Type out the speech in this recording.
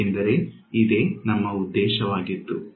ಏಕೆಂದರೆ ಇದೆ ನಮ್ಮ ಉದ್ದೇಶವಾಗಿತ್ತು